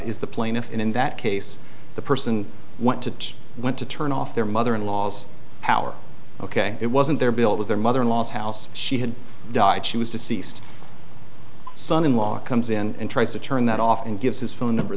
is the plaintiff in that case the person went to teach went to turn off their mother in law's power ok it wasn't their bill it was their mother in law's house she had died she was deceased son in law comes in and tries to turn that off and gives his phone number